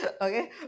okay